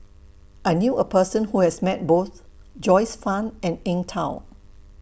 I knew A Person Who has Met Both Joyce fan and Eng Tow